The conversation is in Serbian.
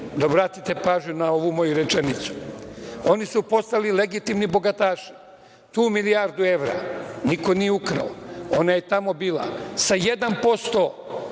obratite pažnju na ovu moju rečenicu, oni su postali legitimni bogataši. Tih milijardu evra niko nije ukrao. Ona je tamo bila.